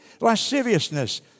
lasciviousness